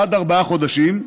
עד ארבעה חודשים,